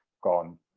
gone